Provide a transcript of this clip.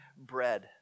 bread